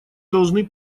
должны